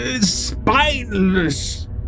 spineless